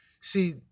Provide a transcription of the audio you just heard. See